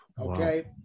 Okay